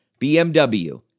BMW